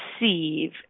receive